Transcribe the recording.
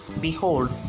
Behold